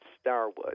Starwood